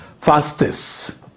fastest